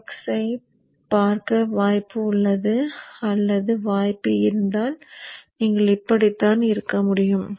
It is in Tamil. ஃப்ளக்ஸைப் பார்க்க வாய்ப்பு அல்லது வாய்ப்பு இருந்தால் நீங்கள் இப்படித்தான் இருக்க முடியும்